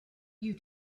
you